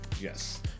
yes